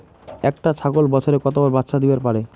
একটা ছাগল বছরে কতবার বাচ্চা দিবার পারে?